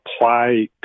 apply